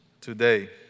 today